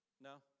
No